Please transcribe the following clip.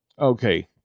Okay